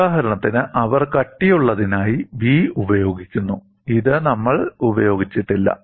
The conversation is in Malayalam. ഉദാഹരണത്തിന് അവർ കട്ടിയുള്ളതിനായി B ഉപയോഗിക്കുന്നു ഇത് നമ്മൾ ഉപയോഗിച്ചിട്ടില്ല